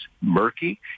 murky